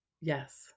Yes